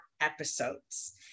episodes